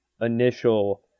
initial